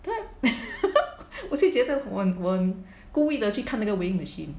then 我就觉得我我故意的去看那个 weighing machine